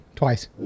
twice